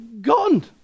Gone